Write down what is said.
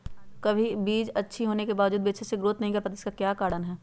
कभी बीज अच्छी होने के बावजूद भी अच्छे से नहीं ग्रोथ कर पाती इसका क्या कारण है?